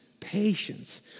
patience